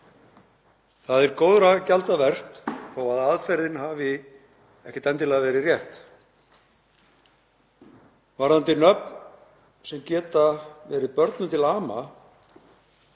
Það er góðra gjalda vert þó að aðferðin hafi ekkert endilega verið rétt. Varðandi nöfn sem geta verið börnum til ama